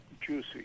juicy